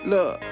Look